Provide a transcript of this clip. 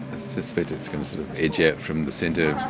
ah suspect it's from sort of it's yeah from the centre.